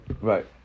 Right